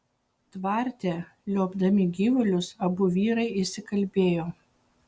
tvarte liuobdami gyvulius abu vyrai įsikalbėjo